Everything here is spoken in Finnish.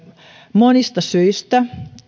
monista syistä